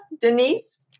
Denise